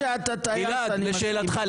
לשאלתך,